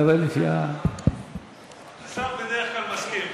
נראה לי, השר בדרך כלל מסכים.